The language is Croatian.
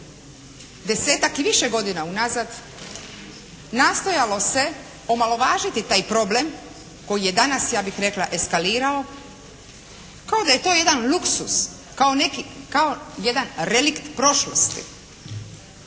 desetak i više godina unazad, nastojalo se omalovažiti taj problem koji je danas ja bih rekla eskalirao kao da je to jedan luksuz, kao jedan relikt prošlosti.